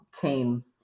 came